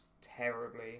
terribly